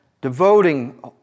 devoting